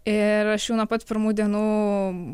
ir aš jau nuo pat pirmų dienų